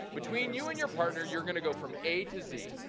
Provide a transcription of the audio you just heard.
between you and your partner you're gonna go from a to z.